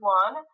one